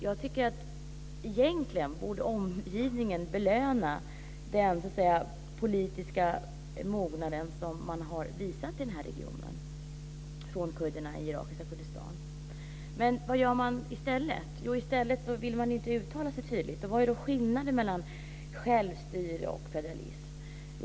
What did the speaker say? Jag tycker att omgivningen egentligen borde belöna den politiska mognad som kurderna i irakiska Kurdistan har visat. Vad gör man i stället? Jo, i stället vill man tydligen inte uttala sig. Vad är skillnaden mellan självstyre och federalism?